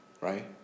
right